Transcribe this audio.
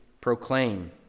proclaim